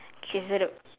okay